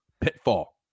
Pitfall